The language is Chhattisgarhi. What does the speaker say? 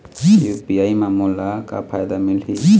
यू.पी.आई म मोला का फायदा मिलही?